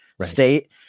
state